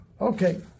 okay